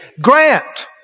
Grant